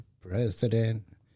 president